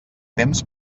temps